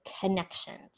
connections